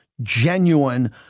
genuine